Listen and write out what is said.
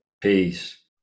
peace